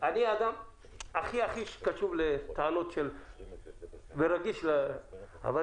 אני קשוב ורגיש לבעיות של אנשים,